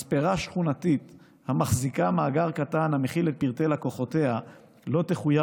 מספרה שכונתית המחזיקה מאגר קטן המכיל את פרטי לקוחותיה לא תחויב